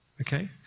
Okay